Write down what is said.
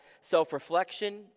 self-reflection